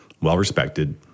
well-respected